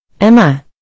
Emma